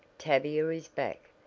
tavia is back,